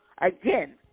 Again